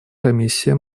комиссия